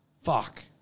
Fuck